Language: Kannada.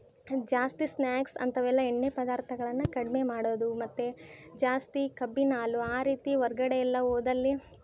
ಜಾಸ್ತಿ ಸ್ನ್ಯಾಕ್ಸ್ ಅಂಥವೆಲ್ಲ ಎಣ್ಣೆ ಪದಾರ್ಥಗಳನ್ನ ಕಡಿಮೆ ಮಾಡೋದು ಮತ್ತು ಜಾಸ್ತಿ ಕಬ್ಬಿನ ಹಾಲು ಆ ರೀತಿ ಹೊರ್ಗಡೆ ಎಲ್ಲ ಹೋದಲ್ಲಿ